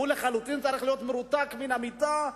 צריך להיות מרותק לחלוטין למיטה,